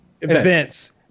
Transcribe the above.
events